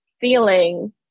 feeling